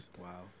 Wow